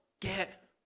Get